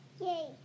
Yay